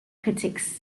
critics